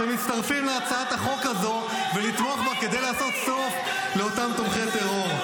בה כדי לעשות סוף לאותם תומכי טרור.